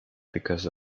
because